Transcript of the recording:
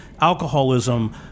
alcoholism